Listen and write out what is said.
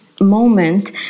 moment